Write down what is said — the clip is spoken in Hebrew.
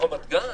רמת גן.